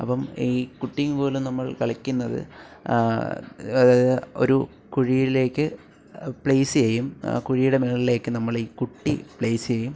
അപ്പം ഈ കുട്ടിയും കോലും നമ്മൾ കളിക്കുന്നത് അത് ഒരു കുഴിയിലേക്ക് പ്ലേസ് ചെയ്യും ആ കുഴിയുടെ മേളിലേക്ക് നമ്മൾ ഈ കുട്ടി പ്ലേസ് ചെയ്യും